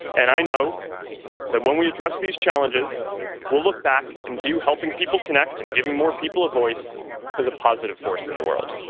and i know that when we address these challenges we will look back and view helping people connect and giving more people a voice as a positive force in the world.